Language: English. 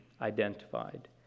identified